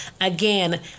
Again